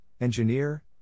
engineer